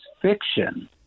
fiction